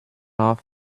off